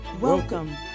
Welcome